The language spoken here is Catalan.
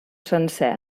sencer